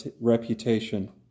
reputation